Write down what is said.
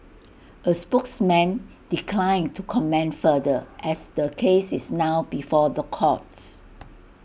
A spokesman declined to comment further as the case is now before the courts